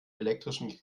elektrischen